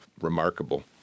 remarkable